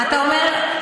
זאת אומרת,